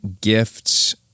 gifts